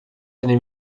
eine